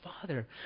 Father